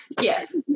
Yes